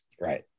Right